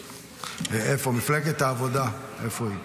מפלגת העבודה, איפה היא?